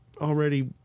already